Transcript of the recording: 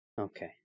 Okay